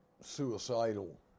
suicidal